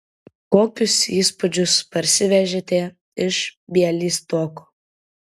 kokius įspūdžius parsivežėte iš bialystoko